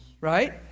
right